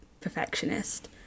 perfectionist